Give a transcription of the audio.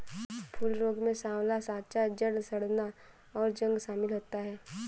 फूल रोग में साँवला साँचा, जड़ सड़ना, और जंग शमिल होता है